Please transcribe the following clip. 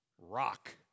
rock